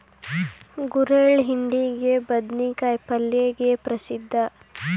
ಗುರೆಳ್ಳು ಹಿಂಡಿಗೆ, ಬದ್ನಿಕಾಯ ಪಲ್ಲೆಗೆ ಪ್ರಸಿದ್ಧ